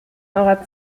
eurer